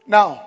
Now